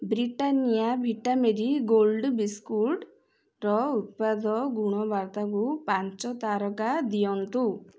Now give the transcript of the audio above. Britannia Vita Marigold ବିସ୍କୁଟ୍ର ଉତ୍ପାଦ ଗୁଣବତ୍ତାକୁ ପାଞ୍ଚ ତାରକା ଦିଅନ୍ତୁ